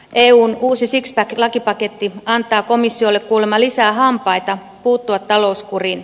eun uusi sixpack lakipaketti antaa komissiolle kuulemma lisää hampaita puuttua talouskuriin